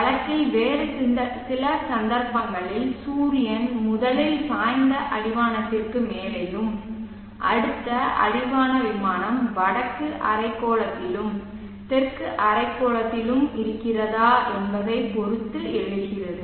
வழக்கில் வேறு சில சந்தர்ப்பங்களில் சூரியன் முதலில் சாய்ந்த அடிவானத்திற்கு மேலேயும் அடுத்த அடிவான விமானம் வடக்கு அரைக்கோளத்திலும் தெற்கு அரைக்கோளத்திலும் இருக்கிறதா என்பதைப் பொறுத்து எழுகிறது